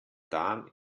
darm